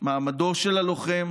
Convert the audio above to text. מעמדו של הלוחם